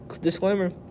disclaimer